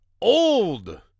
old